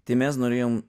tai mes norėjom